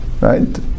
Right